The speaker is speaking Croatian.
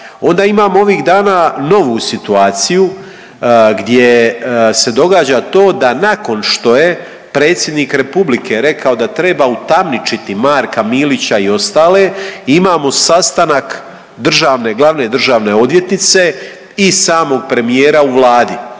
Onda imamo ovih dana novu situaciju gdje se događa to da nakon što je Predsjednik Republike rekao da treba utamničiti Marka Milića i ostale, imamo sastanak državne, glavne državne odvjetnice i samog premijera u Vladi.